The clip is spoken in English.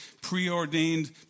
preordained